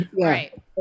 right